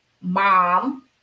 mom